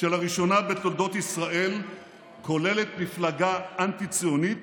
שלראשונה בתולדות ישראל כוללת מפלגה אנטי-ציונית